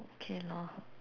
okay lor